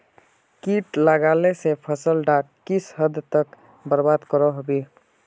किट लगाले से फसल डाक किस हद तक बर्बाद करो होबे?